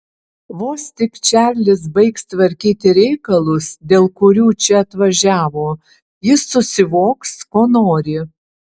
vos tik čarlis baigs tvarkyti reikalus dėl kurių čia atvažiavo jis susivoks ko nori